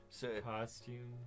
Costume